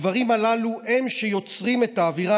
הדברים הללו הם שיוצרים את האווירה